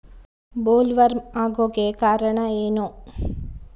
Bollworm ಆಗೋಕೆ ಕಾರಣ ಏನು?